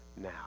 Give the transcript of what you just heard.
Now